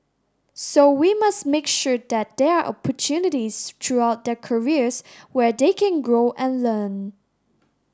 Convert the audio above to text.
so we must make sure that there are opportunities throughout their careers where they can grow and learn